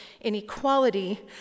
inequality